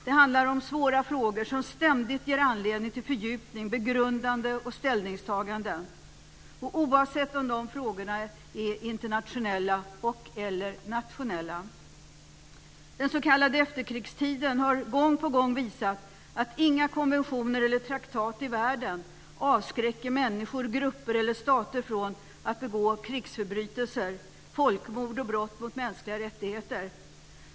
Det handlar om svåra frågor som ständigt ger anledning till fördjupning, begrundanden och ställningstaganden, oavsett om frågorna är internationella eller nationella. Den s.k. efterkrigstiden har gång på gång visat att inga konventioner eller traktat i världen avskräcker människor, grupper eller stater från att begå krigsförbrytelser, folkmord och brott mot mänskliga rättigheter.